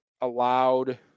allowed